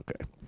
Okay